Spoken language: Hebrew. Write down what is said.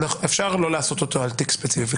אפשר לא לעשות אותו על תיק ספציפי,